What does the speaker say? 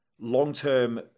long-term